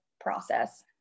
process